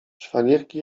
szwagierki